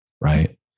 right